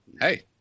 hey